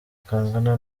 kangana